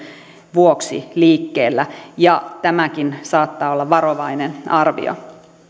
vuoksi liikkeellä ja tämäkin saattaa olla varovainen arvio